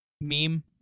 meme